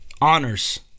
honors